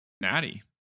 natty